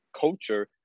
culture